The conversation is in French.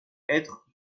être